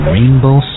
Rainbow